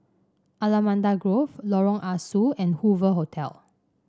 Allamanda Grove Lorong Ah Soo and Hoover Hotel